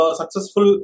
successful